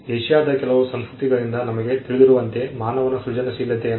ಏಷ್ಯಾದ ಕೆಲವು ಸಂಸ್ಕೃತಿಗಳಿಂದ ನಮಗೆ ತಿಳಿದಿರುವಂತೆ ಮಾನವನ ಸೃಜನಶೀಲತೆಯನ್ನು